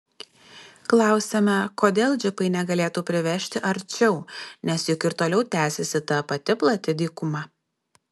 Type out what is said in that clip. klausiame kodėl džipai negalėtų privežti arčiau nes juk ir toliau tęsiasi ta pati plati dykuma